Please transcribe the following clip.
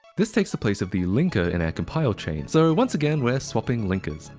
this takes the place of the linker in our compile chain so once again we're swapping linkers.